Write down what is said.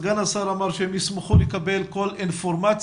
סגן השר אמר שהם ישמחו לקבל כל אינפורמציה,